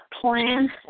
plan